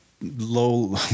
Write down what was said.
low